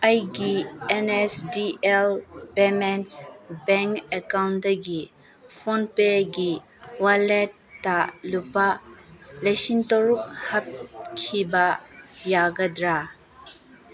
ꯑꯩꯒꯤ N S D L payments bank ꯑꯦꯀꯥꯎꯟꯗꯒꯤ ꯐꯣꯟꯄꯦꯒꯤ ꯋꯥꯜꯂꯦꯠꯇ ꯂꯨꯄꯥ ꯂꯤꯁꯤꯡ ꯇꯔꯨꯛ ꯍꯥꯞꯈꯤꯕ ꯌꯥꯒꯗ꯭ꯔꯥ